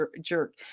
jerk